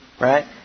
Right